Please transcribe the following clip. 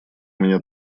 меня